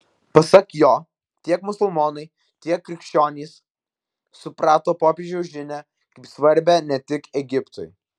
pasak jo tiek musulmonai tiek krikščionys suprato popiežiaus žinią kaip svarbią ne tik egiptui